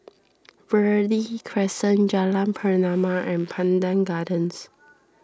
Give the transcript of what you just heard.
Verde Crescent Jalan Pernama and Pandan Gardens